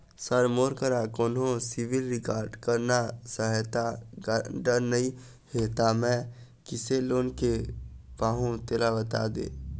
sir मोर करा कोन्हो सिविल रिकॉर्ड करना सहायता गारंटर नई हे ता मे किसे लोन ले पाहुं तेला बता दे